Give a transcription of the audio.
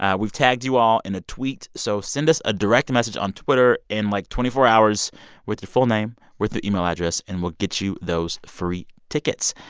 ah we've tagged you all in a tweet, so send us a direct message on twitter in, like, twenty four hours with your full name, with your email address, and we'll get you those free tickets.